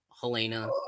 helena